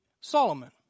Solomon